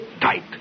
tight